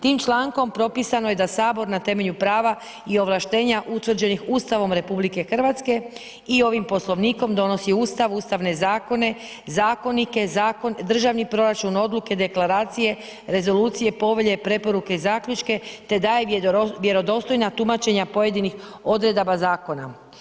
Tim člankom propisano je da HS na temelju prava i ovlaštenja utvrđenih Ustavom RH i ovim Poslovnikom donosi ustav, ustavne zakone, zakonike, zakon, državni proračun, odluke, deklaracije, rezolucije, povelje, preporuke i zaključke, te daje vjerodostojna tumačenja pojedinih odredaba zakona.